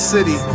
City